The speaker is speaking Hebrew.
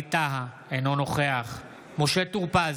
ווליד טאהא, אינו נוכח משה טור פז,